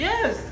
Yes